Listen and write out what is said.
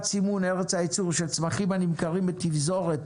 סימון ארץ הייצור של צמחים הנמכרים בתפזורת),